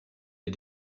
les